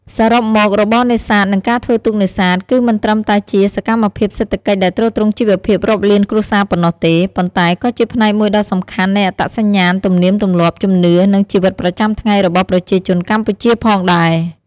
សរុបមក របរនេសាទ និងការធ្វើទូកនេសាទ គឺមិនត្រឹមតែជាសកម្មភាពសេដ្ឋកិច្ចដែលទ្រទ្រង់ជីវភាពរាប់លានគ្រួសារប៉ុណ្ណោះទេ ប៉ុន្តែក៏ជាផ្នែកមួយដ៏សំខាន់នៃអត្តសញ្ញាណ ទំនៀមទម្លាប់ ជំនឿ និងជីវិតប្រចាំថ្ងៃរបស់ប្រជាជនកម្ពុជាផងដែរ។